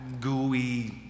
gooey